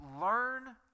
learn